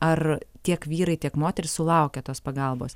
ar tiek vyrai tiek moterys sulaukia tos pagalbos